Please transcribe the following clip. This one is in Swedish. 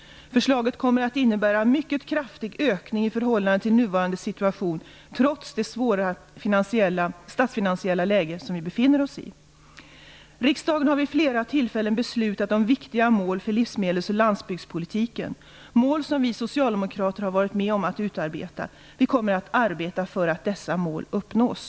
Förslaget kommer att innebära en mycket kraftig ökning i förhållande till nuvarande situation, trots det svåra statsfinansiella läge som vi befinner oss i. Riksdagen har vid flera tillfällen beslutat om viktiga mål för livsmedels och landsbygdspolitiken, mål som vi socialdemokrater har varit med om att utarbeta. Vi kommer att arbeta för att dessa mål uppnås.